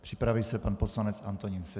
Připraví se pan poslanec Antonín Seďa.